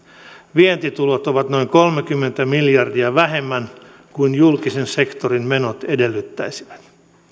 vientitulot ovat noin kolmekymmentä miljardia vähemmän kuin julkisen sektorin menot edellyttäisivät